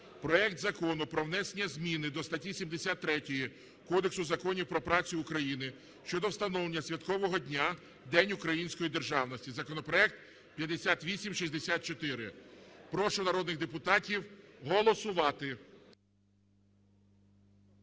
проект Закону про внесення зміни до статті 73 Кодексу законів про працю України щодо встановлення святкового дня - День Української Державності (законопроект 5864). Прошу народних депутатів голосувати.